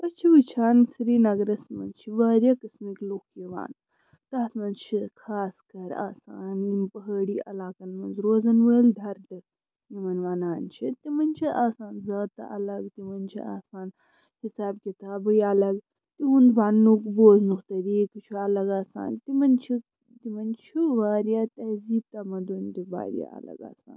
أسۍ چھِ وُچھان سرییٖنَگرَس منٛز چھِ واریاہ قٕسمٕکۍ لُکھ یِوان تَتھ منٛز چھِ خاص کر آسان یِم پہٲڑی علاقَن منٛز روزَن وٲلۍ دَردٕ یِمَن وَنان چھِ تِمَن چھِ آسان یا تہٕ الگ تِمَن چھِ آسان حساب کِتابٕے الگ تِہُنٛد ونٕنُک بوزٕنُک طریٖقہٕ چھُ الگ آسان تِمَن چھُ تِمَن چھُ وارِیاہ تہذیٖب تَمَدُن تہِ وارِیاہ الگ آسان